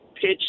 pitch